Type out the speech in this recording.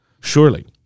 Surely